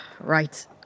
Right